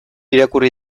irakurri